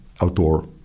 outdoor